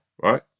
right